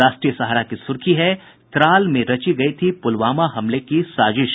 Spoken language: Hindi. राष्ट्रीय सहारा की सुर्खी है त्राल में रची गयी थी पुलवामा हमले की साजिश